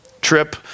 trip